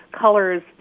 colors